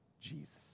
Jesus